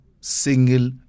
single